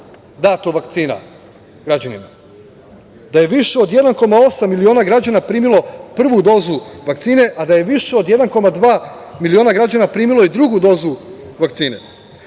dato vakcina građanima, da je više od 1,8 miliona građana primilo prvu dozu vakcine, a da je više od 1,2 miliona građana primilo i drugu dozu vakcine,